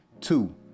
two